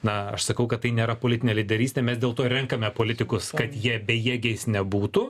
na aš sakau kad tai nėra politinė lyderystė mes dėl to ir renkame politikus kad jie bejėgiais nebūtų